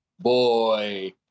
boy